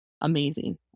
amazing